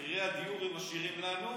את מחירי הדיור הם משאירים לנו.